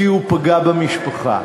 כי הוא פגע במשפחה,